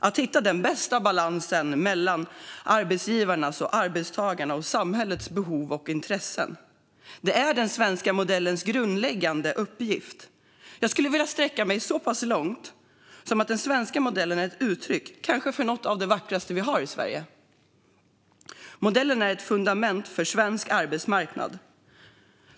Att hitta den bästa balansen mellan arbetsgivarnas, arbetstagarnas och samhällets behov och intressen är den svenska modellens grundläggande uppgift. Jag vill sträcka mig så pass långt som att den svenska modellen är ett uttryck för något av det vackraste vi har i Sverige. Modellen är ett fundament för svensk arbetsmarknad.